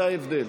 זה ההבדל.